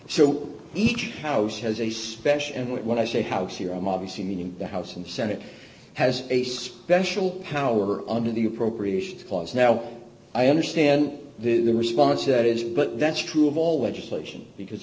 so each house has a special and when i say house here i'm obviously meaning the house and senate has a special power under the appropriations clause now i understand the response that is but that's true of all legislation because